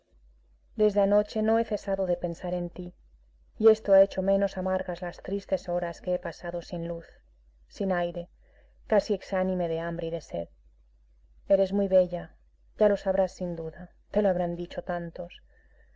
desde anoche no he cesado de pensar en ti y esto ha hecho menos amargas las tristes horas que he pasado sin luz sin aire casi exánime de hambre y de sed eres muy bella ya lo sabrás sin duda te lo habrán dicho tantos